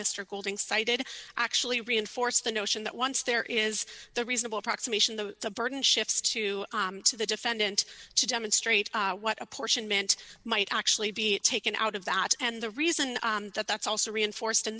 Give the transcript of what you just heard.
mr golding cited actually reinforce the notion that once there is the reasonable approximation the burden shifts to the defendant to demonstrate what apportionment might actually be taken out of that and the reason that that's also reinforced in